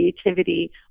creativity